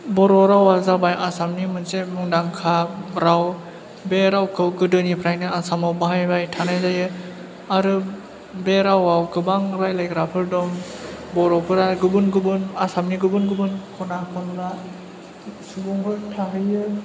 बर' रावा जाबाय आसामनि मोनसे मुंदांखा राव बे रावखौ गोदोनिफ्रायनो आसामाव बाहायबाय थानाय जायो आरो बे रावाव गोबां रायज्लायग्राफोर दं बर'फोरा गुबुन गुबुन आसामनि गुबुन गुबुन खना खनला सुबुंफोर थाहैयो